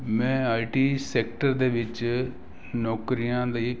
ਮੈਂ I T sector ਦੇ ਵਿੱਚ ਨੌਕਰੀਆਂ ਲਈ